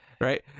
Right